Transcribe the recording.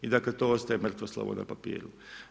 I dakle, to ostaje mrtvo slovo na papiru.